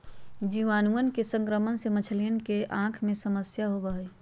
जीवाणुअन के संक्रमण से मछलियन के आँख में समस्या होबा हई